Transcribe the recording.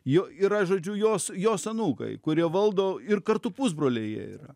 jo yra žodžiu jos jos anūkai kurie valdo ir kartu pusbroliai jie yra